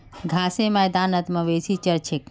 घासेर मैदानत मवेशी चर छेक